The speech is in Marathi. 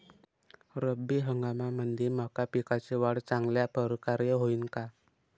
रब्बी हंगामामंदी मका पिकाची वाढ चांगल्या परकारे होईन का?